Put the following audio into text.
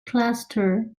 cluster